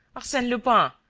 arsene lupin?